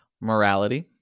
morality